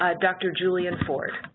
ah dr. julian ford.